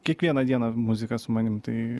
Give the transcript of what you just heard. kiekvieną dieną muzika su manim tai